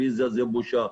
בושה.